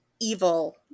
evil